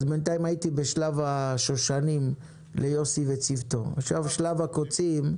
אז בינתיים הייתי בשלב השושנים ליוסי וצוותו; עכשיו שלב הקוצים: